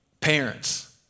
Parents